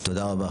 תודה רבה.